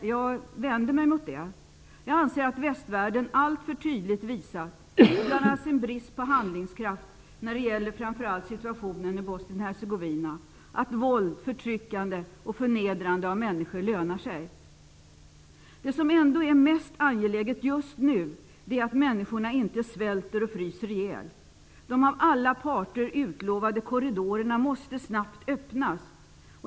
Jag vänder mig emot detta. Jag anser att västvärlden genom sin brist på handlingskraft, framför allt i Bosnien-Hercegovina, alltför tydligt visat att våld, förtryck och förnedring av människor lönar sig. Ändå är det mest angelägna just nu att människorna inte svälter och fryser ihjäl. De av alla parter utlovade korridorerna måste snabbt öppnas.